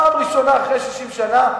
פעם ראשונה אחרי 60 שנה,